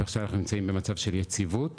ועכשיו אנחנו נמצאים במצב של יציבות